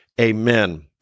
Amen